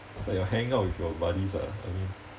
it's like you're hanging out with your buddies ah I mean